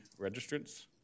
registrants